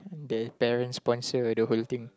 their parents sponsor the whole thing